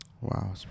Wow